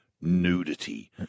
Nudity